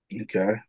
Okay